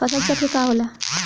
फसल चक्र का होला?